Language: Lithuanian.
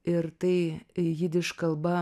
ir tai jidiš kalba